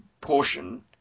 portion